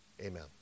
Amen